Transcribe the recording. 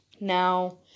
Now